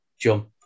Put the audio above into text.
jump